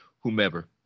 whomever